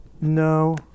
No